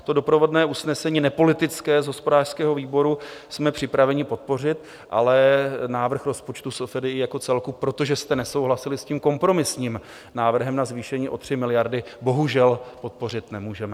To doprovodné usnesení, nepolitické, z hospodářského výboru, jsme připraveni podpořit, ale návrh rozpočtu SFDI jako celku, protože jste nesouhlasili s tím kompromisním návrhem na zvýšení o 3 miliardy, bohužel podpořit nemůžeme.